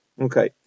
Okay